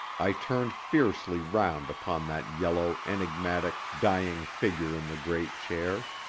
i turned fiercely round upon that yellow, enigmatic, dying figure in the great chair.